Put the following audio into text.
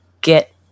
get